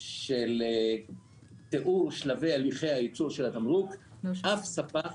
של תיאור שלבי הליכי היצור של התמרוק, אף ספק